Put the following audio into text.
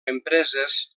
empreses